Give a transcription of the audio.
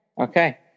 Okay